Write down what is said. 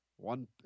One